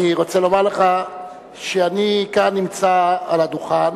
אני רוצה לומר לך שאני כאן נמצא על הדוכן,